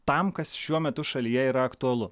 tam kas šiuo metu šalyje yra aktualu